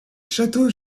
châteaux